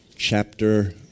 chapter